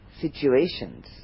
situations